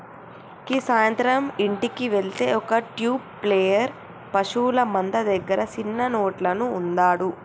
గీ సాయంత్రం ఇంటికి వెళ్తే ఒక ట్యూబ్ ప్లేయర్ పశువుల మంద దగ్గర సిన్న నోట్లను ఊదాడు